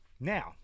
Now